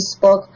Facebook